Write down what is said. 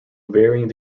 varying